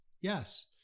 Yes